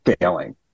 failing